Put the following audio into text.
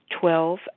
Twelve